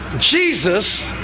Jesus